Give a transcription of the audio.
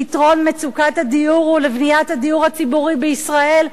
פתרון מצוקת הדיור ולבניית הדיור הציבורי בישראל,